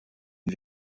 une